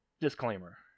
Disclaimer